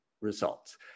results